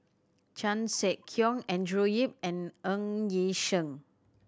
Chan Sek Keong Andrew Yip and Ng Yi Sheng